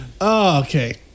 Okay